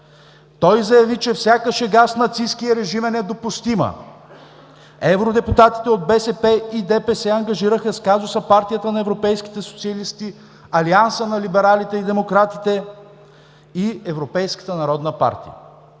Той заяви, че всяка шега с нацисткия режим е недопустима. Евродепутатите от БСП и ДПС ангажираха с казуса Партията на европейските социалисти, Алианса на либералите и демократите за Европа и Европейската народна партия.